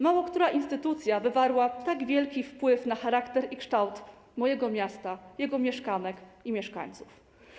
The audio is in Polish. Mało która instytucja wywarła tak wielki wpływ na charakter i kształt mojego miasta, jego mieszkanek i mieszkańców.